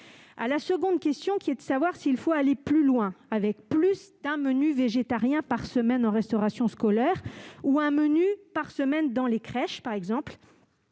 La seconde question est celle de savoir s'il faut aller plus loin, avec plus d'un menu végétarien par semaine en restauration scolaire ou un menu par semaine dans les crèches. À ce